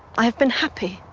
i have been happy.